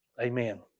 Amen